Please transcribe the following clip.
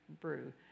brew